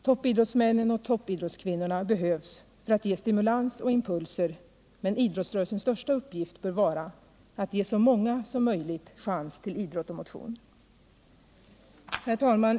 Toppidrottsmännen och toppidrottskvinnorna behövs för att ge stimulans och impulser. Men idrottsrörelsens största uppgift bör vara att ge så många som möjligt en chans till idrott och motion. Herr talman!